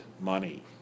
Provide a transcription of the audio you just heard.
money